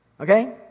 Okay